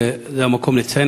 וזה המקום לציין,